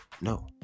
no